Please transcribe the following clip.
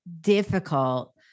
difficult